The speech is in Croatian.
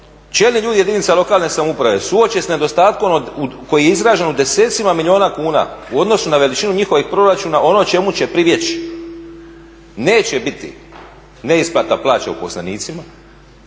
čelni ljudi jedinica lokalne samouprave suoče s nedostatkom koji je izražen u desecima milijuna kuna u odnosu na veličinu njihovih proračuna ono čemu će pribjeći neće biti neisplata plaća uposlenicima